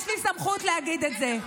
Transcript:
יש לי סמכות להגיד את זה,